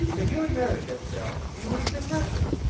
if you had married this girl, you would have been wretched.